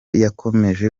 yakomeje